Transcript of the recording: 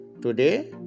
Today